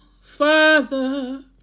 father